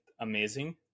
amazing